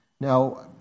now